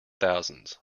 thousands